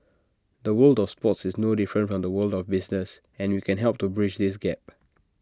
the world of sports is no different from the world of business and we can help to bridge this gap